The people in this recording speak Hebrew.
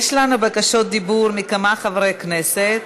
יש לנו בקשות דיבור מכמה חברי כנסת.